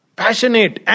passionate